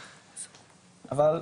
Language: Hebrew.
אבל,